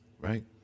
right